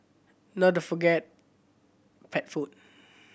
not to forget pet food